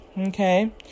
okay